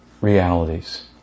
realities